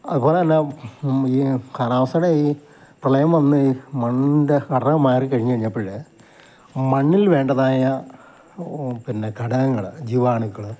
അതുപോലെതന്നെ ഈ കാലാവസ്ഥയുടെ ഈ പ്രളയം വന്നു മണ്ണിൻ്റെ ഘടകം മാറിക്കഴിഞ്ഞു കഴിഞ്ഞപ്പോൾ മണ്ണിൽ വേണ്ടതായ പിന്നെ ഘടകങ്ങൾ ജീവാണുക്കൾ